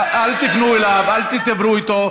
אל תפנו אליו, אל תדברו אתו.